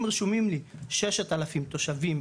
אם רשומים לי 6,000 תושבים,